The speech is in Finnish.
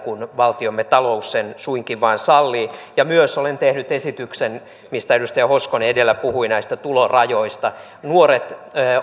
silloin kun valtiomme talous sen suinkin vain sallii ja myös olen tehnyt esityksen mistä edustaja hoskonen edellä puhui näistä tulorajoista nuoret